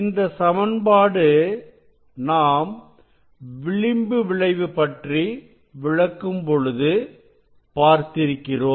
இந்த சமன்பாடு நாம் விளிம்பு விளைவு பற்றி விளக்கும் பொழுது பார்த்திருக்கிறோம்